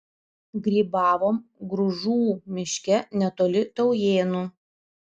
grybavom gružų miške netoli taujėnų